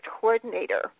coordinator